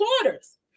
quarters